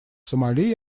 сомали